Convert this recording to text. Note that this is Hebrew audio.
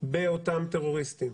באותם טרוריסטים,